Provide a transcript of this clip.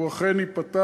הוא אכן ייפתח.